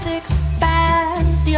expands